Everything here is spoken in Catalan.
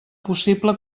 possible